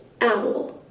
Owl